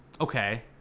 Okay